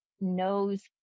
knows